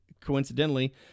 Coincidentally